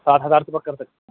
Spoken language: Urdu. سات ہزار روپئے کر سکتے ہیں